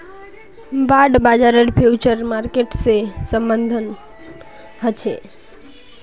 bond बाजारेर future market से सम्बन्ध ह छे